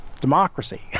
democracy